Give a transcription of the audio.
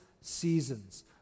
seasons